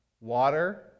water